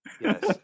yes